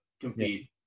compete